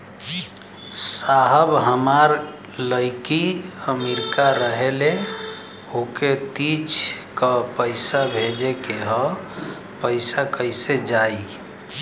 साहब हमार लईकी अमेरिका रहेले ओके तीज क पैसा भेजे के ह पैसा कईसे जाई?